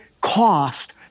cost